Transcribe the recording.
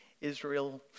Israel